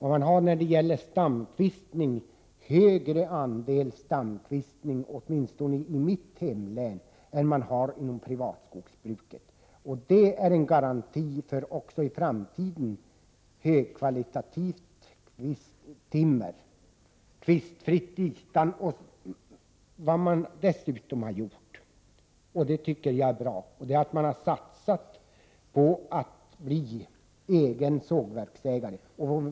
Åtminstone i mitt hemlän har man en större andel stamkvistning än man har inom det privata skogsbruket, och det är en garanti för högkvalitativt, kvistfritt timmer också i framtiden. Vad domänverket dessutom har gjort — och det är bra — är att ha satsat på att bli egen sågverksägare.